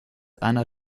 einer